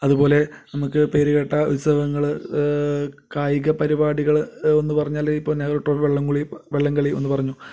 അതുപോലെ നമുക്ക് പേരുകേട്ട ഉത്സവങ്ങൾ കായിക പരിപാടികൾ എന്ന് പറഞ്ഞാൽ ഇപ്പോൾ നെഹ്റു ട്രോഫി വള്ളം കളി വള്ളം കളി എന്ന് പറഞ്ഞു